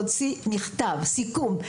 הוא הוציא מכתב סיכום,